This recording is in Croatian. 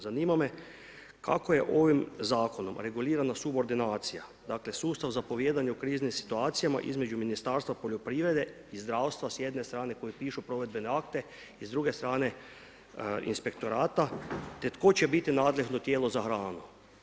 Zanima me kako je ovim zakonom regulirano subordinacija, dakle sustav zapovijedanja u kriznim situacijama između ministarstva poljoprivrede i zdravstva s jedne strane koji pišu provedbene akte i s druge strane inspektorat te tko će biti nadležno tijelo za hranu.